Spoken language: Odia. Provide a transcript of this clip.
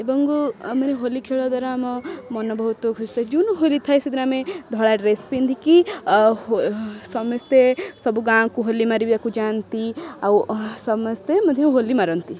ଏବଂ ଆମେ ହୋଲି ଖେଳ ଦ୍ୱାରା ଆମ ମନ ବହୁତ ଖୁସି ଥାଏ ଯେଉଁଦିନ ହୋଲି ଥାଏ ସେଦିନ ଆମେ ଧଳା ଡ୍ରେସ୍ ପିନ୍ଧିକି ସମସ୍ତେ ସବୁ ଗାଁକୁ ହୋଲି ମାରିବାକୁ ଯାଆନ୍ତି ଆଉ ସମସ୍ତେ ମଧ୍ୟ ହୋଲି ମାରନ୍ତି